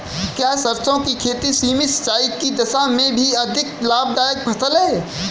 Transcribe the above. क्या सरसों की खेती सीमित सिंचाई की दशा में भी अधिक लाभदायक फसल है?